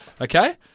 Okay